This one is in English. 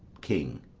king.